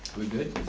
we good?